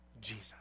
Jesus